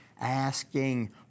asking